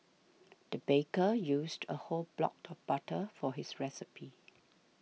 the baker used a whole block of butter for his recipe